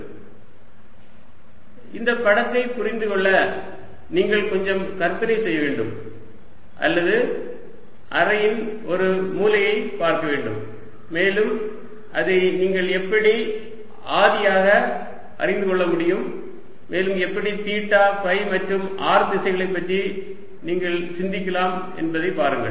dV drrdθrsinθdϕ r2sinθdθdϕ r2dcosθdϕ இந்த படத்தை புரிந்து கொள்ள நீங்கள் கொஞ்சம் கற்பனை செய்ய வேண்டும் அல்லது அறையின் ஒரு மூலையை பார்க்க வேண்டும் மேலும் அதை நீங்கள் எப்படி ஆதியாக அறிந்து கொள்ள முடியும் மேலும் எப்படி தீட்டா ஃபை மற்றும் r திசையைப் பற்றி நீங்கள் சிந்திக்கலாம் என்பதைப் பாருங்கள்